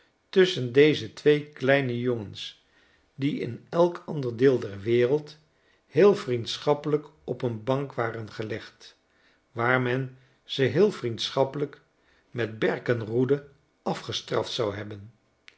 tusschen deze twee kleine jongens die in elk ander deel der wereld heel vriendschappelijk op een bank waren gelegd waar men ze heel vriendschappelijk met berkenroeden afgestrafc zou hebben